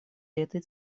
этой